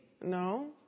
No